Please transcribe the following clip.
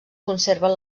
conserven